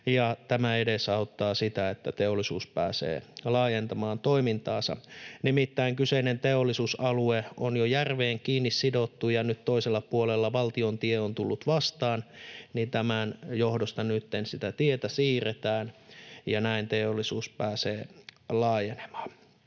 tämä edesauttaa sitä, että teollisuus pääsee laajentamaan toimintaansa. Nimittäin kyseinen teollisuusalue on jo järveen kiinni sidottu ja nyt toisella puolella valtion tie on tullut vastaan, ja tämän johdosta nytten sitä tietä siirretään ja näin teollisuus pääsee laajenemaan.